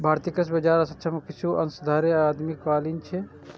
भारतीय कृषि बाजार अक्षम आ किछु अंश धरि आदिम कालीन छै